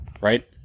right